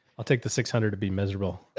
i'll take the six hundred to be miserable.